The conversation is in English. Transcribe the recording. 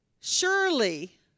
Surely